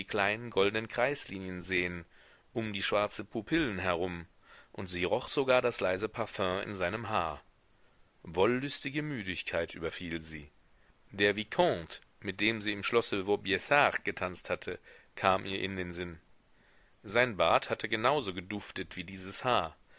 kleinen goldnen kreislinien sehen um die schwarzen pupillen herum und sie roch sogar das leise parfüm in seinem haar wollüstige müdigkeit überfiel sie der vicomte mit dem sie im schlosse vaubyessard getanzt hatte kam ihr in den sinn sein bart hatte genau so geduftet wie dieses haar